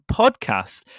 podcast